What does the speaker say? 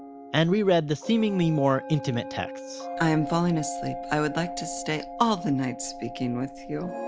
and reread the seemingly more intimate texts i am falling asleep. i would like to stay all the night speaking with you.